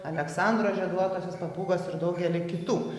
aleksandro žieduotosios papūgos ir daugelį kitų